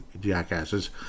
jackasses